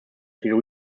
feel